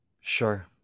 Sure